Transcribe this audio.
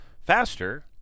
faster